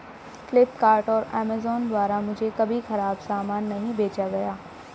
फ्लिपकार्ट और अमेजॉन द्वारा मुझे कभी खराब सामान नहीं बेचा गया